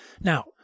Now